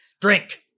drink